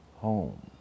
home